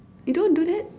you don't do that